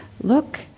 look